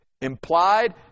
implied